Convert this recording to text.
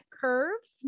curves